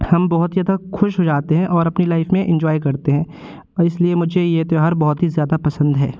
हम बहुत ही ज़्यादा खुश हो जाते हैं और अपनी लाइफ में इंजॉय करते हैं और इसलिए मुझे ये त्योहार बहुत ही ज़्यादा पसंद है